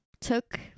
took